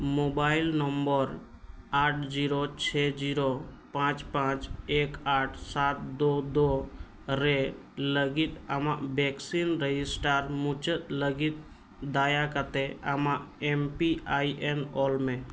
mobile number ᱟᱴ zero ᱪᱷᱮᱭ zero ᱯᱟᱸᱪ ᱯᱟᱸᱪ ᱮᱠ ᱟᱴ ᱥᱟᱛ ᱫᱩ ᱫᱩ ᱨᱮ ᱞᱟᱹᱜᱤᱫ ᱟᱢᱟᱜ ᱵᱷᱮᱠᱥᱤᱱ ᱨᱮᱡᱤᱥᱴᱟᱨ ᱢᱩᱪᱟᱹᱫ ᱞᱟᱹᱜᱤᱫ ᱫᱟᱭᱟ ᱠᱟᱛᱮᱫ ᱟᱢᱟᱜ ᱮᱢ ᱯᱤ ᱟᱭ ᱮᱱ ᱚᱞ ᱢᱮ